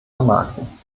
vermarkten